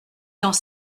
dans